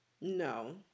No